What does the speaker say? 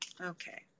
okay